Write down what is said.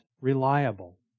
reliable